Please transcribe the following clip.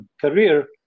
career